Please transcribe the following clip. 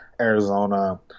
Arizona